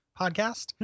podcast